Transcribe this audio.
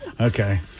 okay